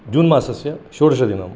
जून् मासस्य षोडशदिनम्